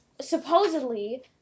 supposedly